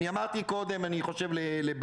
אני אמרתי קודם לבועז